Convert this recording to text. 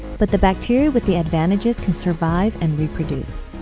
but the bacteria with the advantages can survive and reproduce.